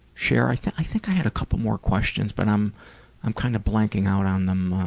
share? i think i think i had a couple more questions but i'm i'm kind of blanking out on them